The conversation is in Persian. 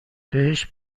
بهش